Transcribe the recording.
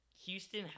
Houston